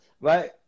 right